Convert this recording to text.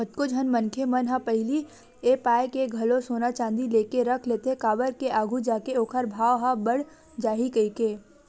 कतको झन मनखे मन ह पहिली ए पाय के घलो सोना चांदी लेके रख लेथे काबर के आघू जाके ओखर भाव ह बड़ जाही कहिके